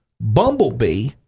Bumblebee